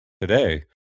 today